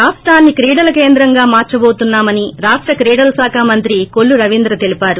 రాష్టాన్సి క్రీడల కేంద్రంగా మార్చబోతున్నామని రాష్ట క్రీడల శాఖ మంత్రి కొల్లు రవీంద్ర తెల్పారు